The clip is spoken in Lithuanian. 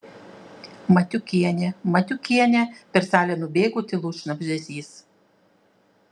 matiukienė matiukienė per salę nubėgo tylus šnabždesys